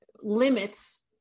limits